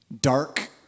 dark